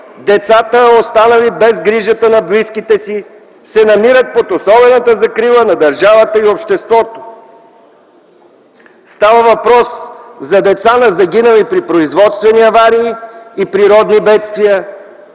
„Децата, останали без грижата на близките си, се намират под особената закрила на държавата и обществото.” Става въпрос за деца на загинали при производствени аварии и природни бедствия,